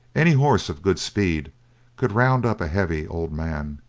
any horse of good speed could round up a heavy old man,